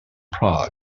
prague